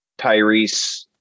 Tyrese